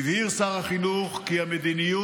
הבהיר שר החינוך כי המדיניות